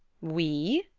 we?